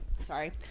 sorry